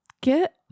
Get